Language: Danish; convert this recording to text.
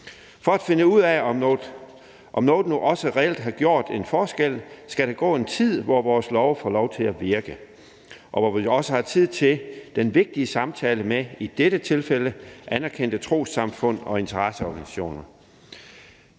For at finde ud af, om noget nu også reelt gør en forskel, skal der gå en tid, hvor vores love får lov til at virke, og hvor vi også har tid til den vigtige samtale med i dette tilfælde anerkendte trossamfund og interesseorganisationer.